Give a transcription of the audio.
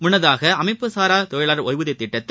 முன்னதாக அமைப்பு சாரா தொழிலாளர் ஒய்வூதியத் திட்டத்தை